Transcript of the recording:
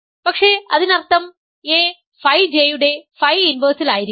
പക്ഷേ അതിനർത്ഥം a phi J യുടെ ഫൈ ഇൻവെർസിൽ ആയിരിക്കണം